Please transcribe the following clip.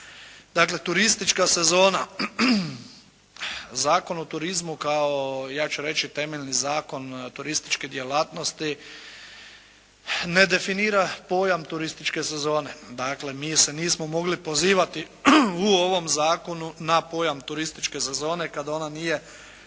Dakle, turistička sezona, Zakon o turizmu, kao, ja ću reći, temeljni Zakon turističke djelatnosti, ne definira pojam turističke sezone. Dakle, mi se nismo mogli pozivati u ovom Zakonu na pojam turističke sezone kada ona nije